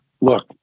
look